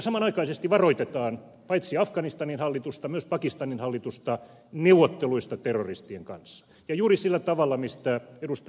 samanaikaisesti varoitetaan paitsi afganistanin hallitusta myös pakistanin hallitusta neuvotteluista terroristien kanssa ja juuri sillä tavalla mistä ed